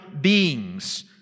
beings